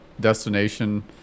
destination